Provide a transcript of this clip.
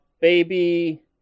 Baby